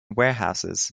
warehouses